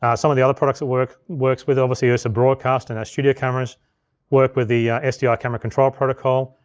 some of the other products'll work, works with obviously ursa broadcast, and our studio cameras work with the sdi camera control protocol.